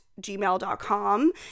gmail.com